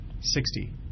Sixty